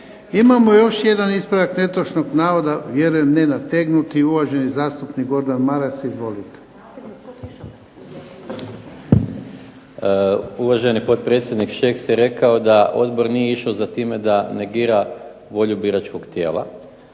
Imamo još jedan ispravak netočnog navoda, vjerujem nenategnuti, uvaženi zastupnik Gordan Maras. Izvolite. **Maras, Gordan (SDP)** Uvaženi potpredsjednik Šeks je rekao da odbor nije išao za time da negira volju biračkog tijela,